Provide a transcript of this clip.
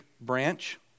branch